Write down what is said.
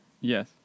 Yes